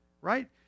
Right